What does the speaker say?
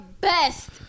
best